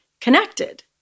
connected